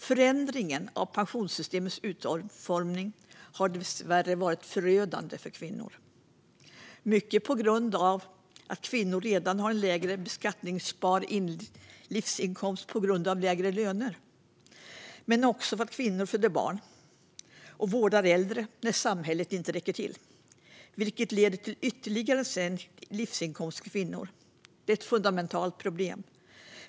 Förändringen av pensionssystemets utformning har dessvärre varit förödande för kvinnor, mycket på grund av att kvinnor redan har en lägre beskattningsbar livsinkomst på grund av lägre löner. Det beror också på att kvinnor föder barn och vårdar äldre när samhället inte räcker till, vilket leder till ytterligare sänkt livsinkomst för kvinnor. Detta är ett fundamentalt problem.